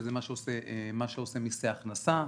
שזה מה שעושה מסי הכנסה,